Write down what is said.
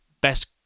best